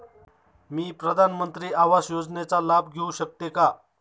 मी प्रधानमंत्री आवास योजनेचा लाभ घेऊ शकते का?